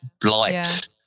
blight